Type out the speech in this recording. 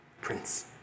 Prince